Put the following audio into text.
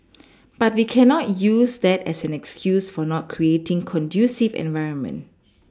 but we cannot use that as an excuse for not creating conducive environment